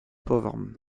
pauvres